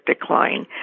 decline